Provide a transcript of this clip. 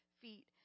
feet